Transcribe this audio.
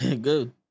Good